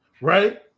right